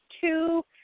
two